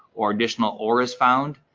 or additional ore is found?